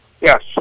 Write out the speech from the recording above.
Yes